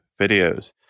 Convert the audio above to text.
videos